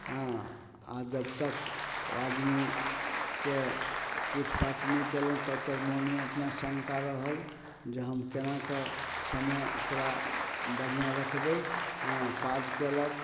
हँ आओर जबतक ओ आदमीके पूछ पाछ नहि कयलहुँ तब तक मोनमे अपना शङ्का रहल जे हम केनाकऽ समय एकरा बढ़िआँ रखबय हँ पाज कयलक